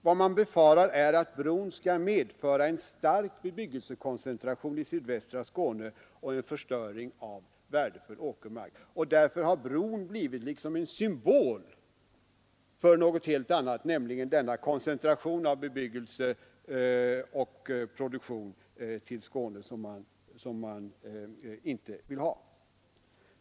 Vad man befarar är att bron skall medföra en stark bebyggelsekoncentration i sydvästra Skåne och en förstöring av värdefull åkermark. Därför har bron liksom blivit en symbol för någonting helt annat, nämligen denna koncentration av bebyggelse och produktion i Skåne som man inte vill ha.